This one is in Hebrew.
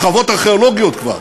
שכבות ארכיאולוגיות כבר,